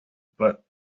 but